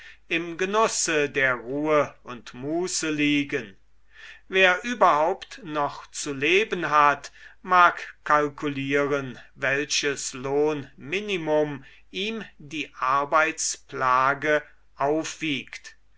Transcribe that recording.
im genüsse der ruhe und muße liegen wer überhaupt noch zu leben hat mag kalkulieren welches lohnminimum ihm die arbeitsplage aufwiegt